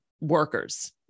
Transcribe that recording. workers